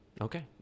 Okay